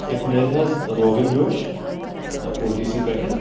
اتہِ میلہِ حظ روگن جوش او ٹی سۍ پٮ۪ٹ